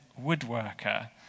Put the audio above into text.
woodworker